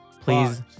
please